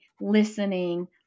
listening